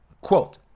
Quote